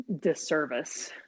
disservice